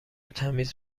تمیز